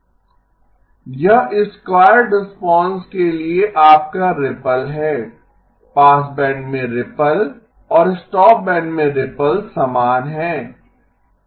वह squared response के लिए आपका रिपल है पासबैंड में रिपल और स्टॉपबैंड में रिपल समान हैं